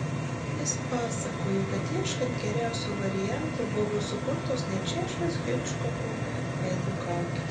jis pasakojo kad ieškant geriausio varianto buvo sukurtos net šešios hičkoko veido kaukės